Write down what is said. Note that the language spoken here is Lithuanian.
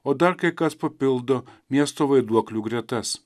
o dar kai kas papildo miestų vaiduoklių gretas